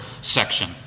section